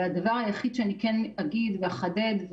אבל הדבר היחיד שכן אגיד ואחדד,